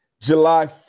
July